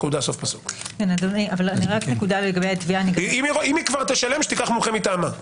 אם היא כבר תשלם שתיקח מומחה מטעמה.